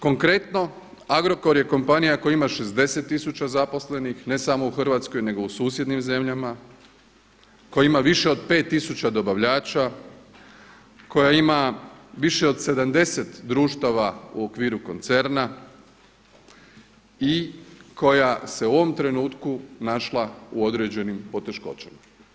Konkretno Agrokor je kompanija koji ima 60000 zaposlenih ne samo u Hrvatskoj, nego u susjednim zemljama, koji ima više od 5000 dobavljača, koja ima više od 70 društava u okviru koncerna i koja se u ovom trenutku našla u određenim poteškoćama.